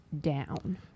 down